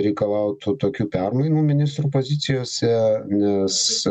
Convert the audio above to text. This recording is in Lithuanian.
reikalautų tokių permainų ministrų pozicijose nes